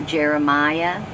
Jeremiah